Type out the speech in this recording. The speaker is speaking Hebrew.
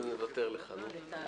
אבל נוותר לך.